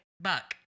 Buck